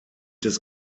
des